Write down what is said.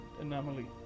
anomaly